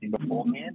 beforehand